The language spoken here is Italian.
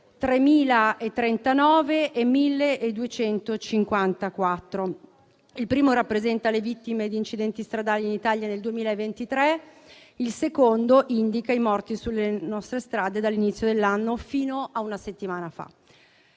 3.039 e 1.254. Il primo numero rappresenta le vittime di incidenti stradali in Italia nel 2023. Il secondo indica i morti sulle nostre strade dall'inizio dell'anno fino a una settimana fa.